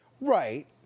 Right